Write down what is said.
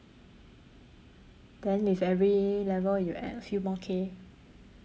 then with every level you add a few more K